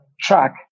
track